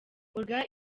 olga